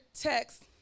text